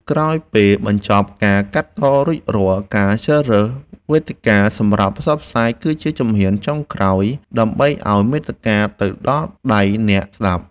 ក្រោយពេលបញ្ចប់ការកាត់តរួចរាល់ការជ្រើសរើសវេទិកាសម្រាប់ផ្សព្វផ្សាយគឺជាជំហានចុងក្រោយដើម្បីឱ្យមាតិកាទៅដល់ដៃអ្នកស្តាប់។